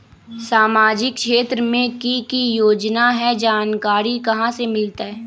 सामाजिक क्षेत्र मे कि की योजना है जानकारी कहाँ से मिलतै?